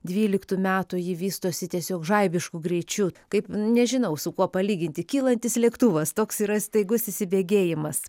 dvyliktų metų ji vystosi tiesiog žaibišku greičiu kaip nežinau su kuo palyginti kylantis lėktuvas toks yra staigus įsibėgėjimas